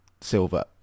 silver